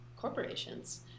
corporations